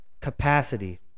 capacity